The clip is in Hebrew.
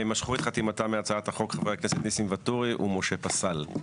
משכו את חתימתם מהצעת החוק חבר הכנסת ניסים ואטורי ומשה פסל.